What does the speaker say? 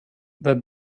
that